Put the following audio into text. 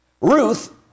Ruth